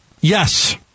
Yes